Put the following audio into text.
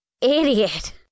Idiot